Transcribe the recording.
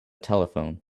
telephone